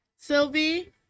Sylvie